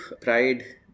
pride